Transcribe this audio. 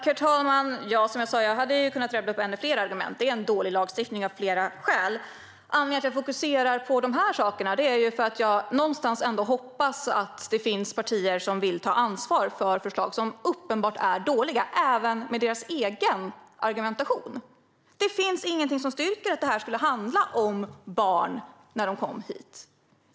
Herr talman! Som jag sa hade jag kunnat rabbla upp ännu fler argument. Det här är av flera skäl en dålig lagstiftning. Anledningen till att jag fokuserar på dessa saker är att jag ändå hoppas att det någonstans finns partier som vill ta ansvar för förslag som uppenbart är dåliga, även med deras egen argumentation. Det finns inget som styrker att dessa var barn när de kom hit.